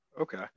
Okay